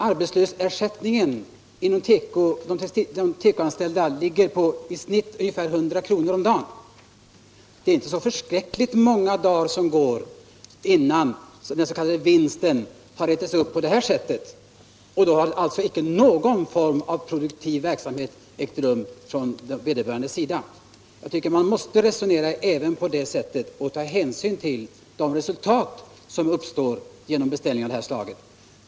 Arbetslöshetsersättningen för de tekoanställda ligger i snitt på ungefär 100 kr. om dagen. Det hinner inte gå så förfärligt många dagar innan den s.k. vinsten härigenom har ätits upp. Och då har vederbörande inte deltagit i någon form av produktiv verksamhet. Man måste resonera på detta sätt och ta hänsyn till de konsekvenser som uppstår genom detta upphandlingsförfarande.